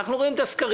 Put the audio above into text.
אנחנו רואים את הסקרים,